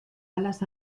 alas